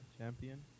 champion